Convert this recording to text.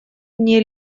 мне